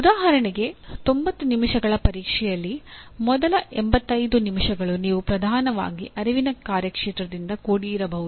ಉದಾಹರಣೆಗೆ 90 ನಿಮಿಷಗಳ ಪರೀಕ್ಷೆಯಲ್ಲಿ ಮೊದಲ 85 ನಿಮಿಷಗಳು ನೀವು ಪ್ರಧಾನವಾಗಿ ಅರಿವಿನ ಕಾರ್ಯಕ್ಷೇತ್ರದಿಂದ ಕೂಡಿರಬಹುದು